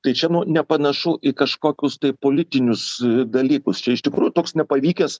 tai čia nu nepanašu į kažkokius tai politinius dalykus čia iš tikrųjų toks nepavykęs